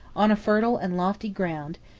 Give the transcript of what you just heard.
on a fertile and lofty ground,